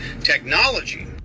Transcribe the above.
technology